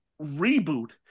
reboot